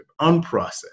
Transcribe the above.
unprocessed